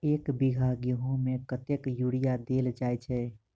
एक बीघा गेंहूँ मे कतेक यूरिया देल जाय छै?